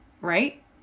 right